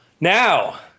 Now